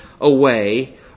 away